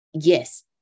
yes